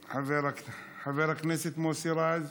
חבר הכנסת מוסי רז,